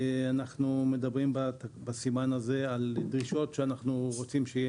אנחנו מדברים בסימן הזה על דרישות שאנחנו מציבים,